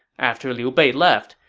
after liu bei left,